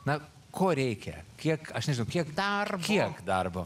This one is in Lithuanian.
na ko reikia kiek aš nežinau kiek kiek darbo